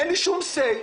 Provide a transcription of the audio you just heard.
אין לי שום say.